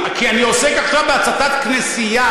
כי אני עוסק עכשיו בהצתת כנסייה.